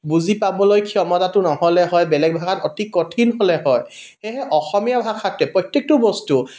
বুজি পাবলৈ ক্ষমতাটো নহ'লে হয় বেলেগ ভাষাত অতি কঠিন হ'লে হয় সেয়েহে অসমীয়া ভাষাতে প্ৰত্যেকটো বস্তু